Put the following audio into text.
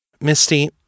Misty